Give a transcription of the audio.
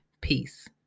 Peace